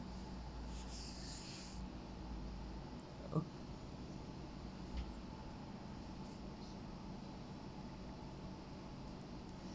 o~